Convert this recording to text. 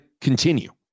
continue